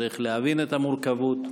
צריך להבין את המורכבות.